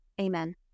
Amen